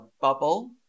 bubble